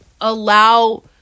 allow